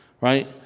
right